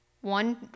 one